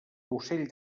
ocell